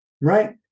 right